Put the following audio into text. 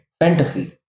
Fantasy